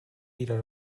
wieder